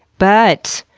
but,